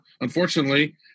unfortunately